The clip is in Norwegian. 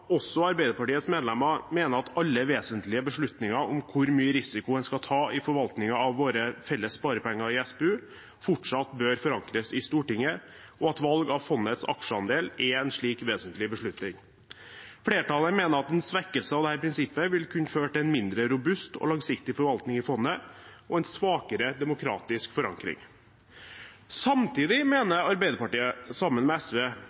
også Arbeiderpartiets medlemmer, mener at alle vesentlige beslutninger om hvor mye risiko en skal ta i forvaltningen av våre felles sparepenger i SPU, fortsatt bør forankres i Stortinget, og at valg av fondets aksjeandel er en slik vesentlig beslutning. Flertallet mener at en svekkelse av dette prinsippet vil kunne føre til en mindre robust og langsiktig forvaltning i fondet og en svakere demokratisk forankring. Samtidig mener Arbeiderpartiet sammen med SV